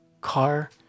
car